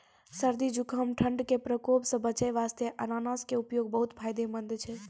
सर्दी, जुकाम, ठंड के प्रकोप सॅ बचै वास्तॅ अनानस के उपयोग बहुत फायदेमंद छै